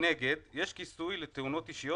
נאמר: "מנגד יש כיסוי לתאונות אישיות